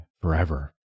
forever